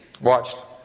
watched